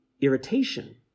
irritation